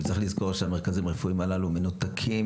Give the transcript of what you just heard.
וצריך לזכור שהמרכזים הרפואיים הללו מנותקים